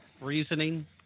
reasoning